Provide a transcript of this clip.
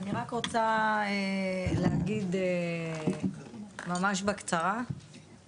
אני רוצה רק להגיד ממש בקצרה,